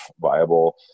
viable